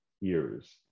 years